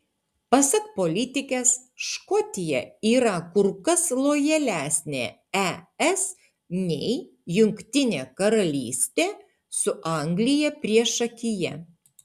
pasak politikės škotija yra kur kas lojalesnė es nei jungtinė karalystė su anglija priešakyje